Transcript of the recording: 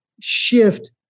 shift